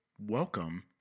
Welcome